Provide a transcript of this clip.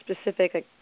specific